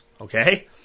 okay